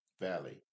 Valley